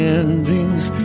ending's